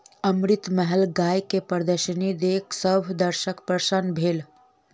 अमृतमहल गाय के प्रदर्शनी देख सभ दर्शक प्रसन्न भेल